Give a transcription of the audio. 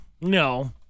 No